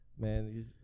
Man